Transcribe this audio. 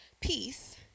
peace